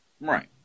Right